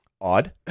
Odd